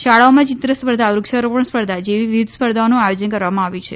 શાળાઓમાં ચિત્ર સ્પર્ધા વૃક્ષારોપણ સ્પર્ધા જેવી વિવિધ સ્પર્ધાઓનું આયોજન કરવામાં આવ્યું છે